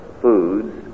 foods